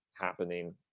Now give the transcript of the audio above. happening